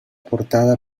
portada